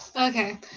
Okay